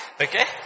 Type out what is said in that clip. Okay